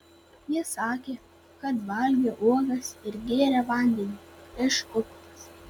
ji sakė kad valgė uogas ir gėrė vandenį iš upės